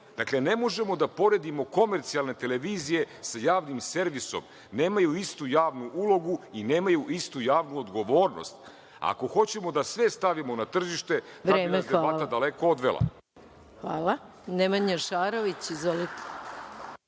Dakle, ne možemo da poredimo komercijalne televizije sa javnim servisom. Nemaju istu javnu ulogu i nemaju istu javnu odgovornost. Ako hoćemo da sve stavimo na tržište, takva bi nas debata daleko odvela. **Maja Gojković** Vreme,